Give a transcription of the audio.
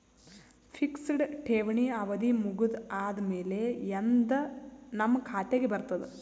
Fixed ಠೇವಣಿ ಅವಧಿ ಮುಗದ ಆದಮೇಲೆ ಎಂದ ನಮ್ಮ ಖಾತೆಗೆ ಬರತದ?